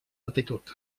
altitud